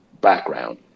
background